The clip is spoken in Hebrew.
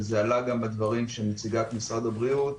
וזה עלה גם בדברים של נציגת משרד הבריאות,